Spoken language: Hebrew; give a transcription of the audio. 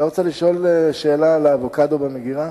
את לא רוצה לשאול שאלה על האבוקדו במגירה?